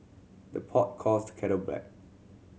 the pot calls the kettle black